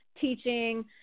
teaching